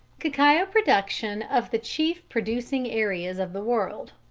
cacao production of the chief producing areas of the world.